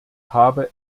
habe